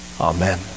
Amen